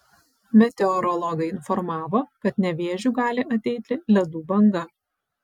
meteorologai informavo kad nevėžiu gali ateiti ledų banga